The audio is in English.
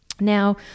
Now